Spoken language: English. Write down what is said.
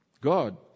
God